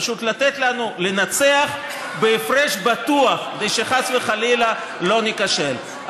פשוט לתת לנו לנצח בהפרש בטוח כדי שחס וחלילה לא ניכשל.